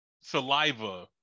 saliva